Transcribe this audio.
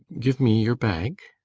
give me your bag.